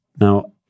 Now